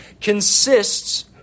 consists